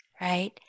Right